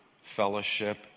fellowship